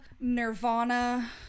nirvana